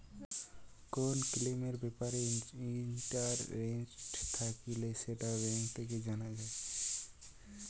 কোন স্কিমের ব্যাপারে ইন্টারেস্ট থাকলে সেটা ব্যাঙ্ক থেকে জানা যায়